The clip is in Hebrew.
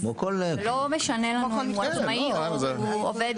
אז לא משנה לנו אם הוא עצמאי או אם הוא עובד